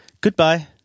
Goodbye